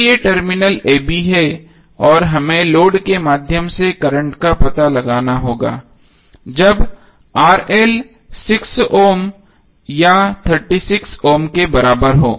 तो ये terminal a b हैं और हमें लोड के माध्यम से करंट का पता लगाना होगा जब 6 ओम या 36 ओम के बराबर हो